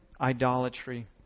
idolatry